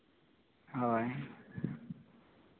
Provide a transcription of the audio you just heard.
ᱦᱳᱭ